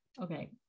okay